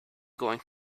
going